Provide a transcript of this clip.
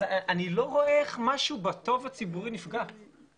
אני לא רואה איך משהו בטוב הציבורי נפגע.